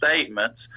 statements